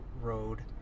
road